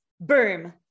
Boom